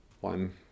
One